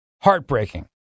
Heartbreaking